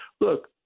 look